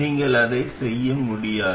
நீங்கள் அதை செய்ய முடியாது